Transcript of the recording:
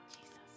Jesus